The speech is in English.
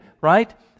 right